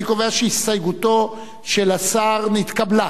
אני קובע שהסתייגותו של השר נתקבלה.